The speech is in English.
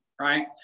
right